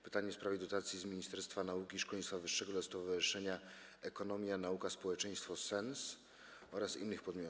Pytanie jest w sprawie dotacji z Ministerstwa Nauki i Szkolnictwa Wyższego dla Stowarzyszenia - Ekonomia Nauka Społeczeństwo „Sens” oraz innych podmiotów.